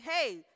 hey